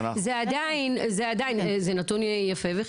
ולשוויון מגדרי): << יור >> זה נתון יפה וחיובי,